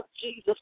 Jesus